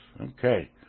Okay